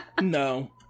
no